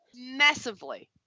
Massively